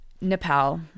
Nepal